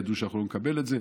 ידעו שאנחנו לא נקבל את זה,